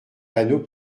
panneaux